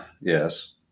Yes